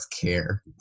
care